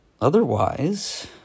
Otherwise